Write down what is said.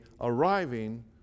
arriving